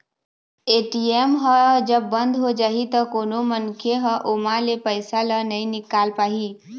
ATM ह जब बंद हो जाही त कोनो मनखे ह ओमा ले पइसा ल नइ निकाल पाही